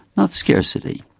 not scarcity.